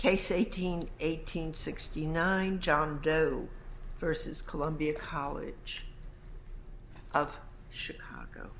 case eighteen eighteen sixty nine john doe vs columbia college of chicago